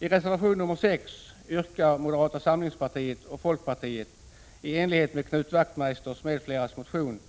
I reservation nr 6 yrkar moderata samlingspartiet och folkpartiet, i enlighet med Knut Wachtmeisters m.fl. motion,